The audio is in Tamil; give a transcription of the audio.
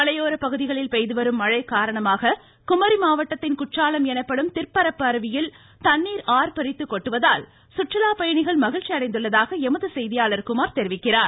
மலையோர பகுதிகளில் பெய்துவரும் மழை காரணமாக குமரி மாவட்டத்தின் குற்றாலம் எனப்படும் திற்பரப்பு அருவியில் தண்ணீர் ஆர்ப்பரித்து கொட்டுவதால் சுற்றுலா பயணிகள் மகிழ்ச்சி அடைந்துள்ளதாக எமது செய்தியாளர் குமாா் தெரிவிக்கிறார்